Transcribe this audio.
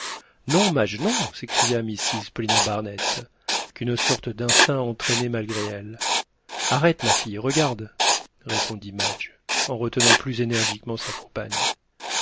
non madge non s'écria mrs paulina barnett qu'une sorte d'instinct entraînait malgré elle arrête ma fille et regarde répondit madge en retenant plus énergiquement sa compagne